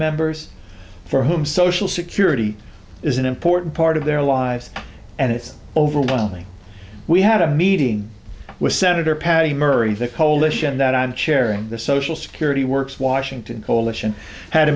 members for whom social security is an important part of their lives and it's overwhelming we had a meeting with senator patty murray the coalition that i'm chairing the social security works washington coalition had a